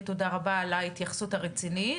ותודה רבה על ההתייחסות הרצינית,